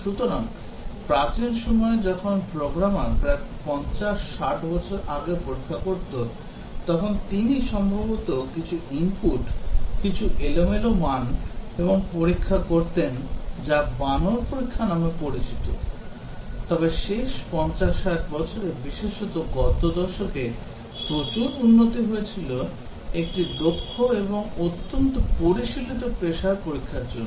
সুতরাং প্রাচীন সময়ে যখন প্রোগ্রামার প্রায় 50 60 বছর আগে পরীক্ষা করত তখন তিনি সম্ভবত কিছু ইনপুট কিছু এলোমেলো মান এবং পরীক্ষা করতেন যা বানর পরীক্ষা নামে পরিচিত তবে শেষ 50 60 বছরে বিশেষত গত দশকে প্রচুর উন্নতি হয়েছিল একটি অত্যন্ত দক্ষ এবং অত্যন্ত পরিশীলিত পেশার পরীক্ষার জন্য